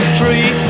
tree